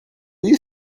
you